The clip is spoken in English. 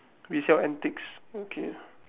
we sell antiques okay